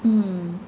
mm